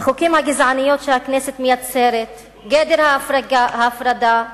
החוקים הגזעניים שהכנסת מייצרת, גדר ההפרדה.